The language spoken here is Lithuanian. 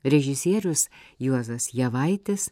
režisierius juozas javaitis